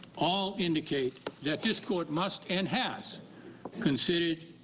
all indicate that this court must and has considered